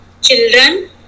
children